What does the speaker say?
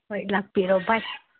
ꯍꯣꯏ ꯂꯥꯛꯄꯤꯔꯣ ꯕꯥꯏ